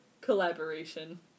collaboration